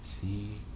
see